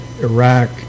Iraq